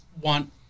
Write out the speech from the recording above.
want